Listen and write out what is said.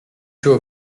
joue